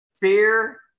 Fear